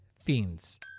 fiends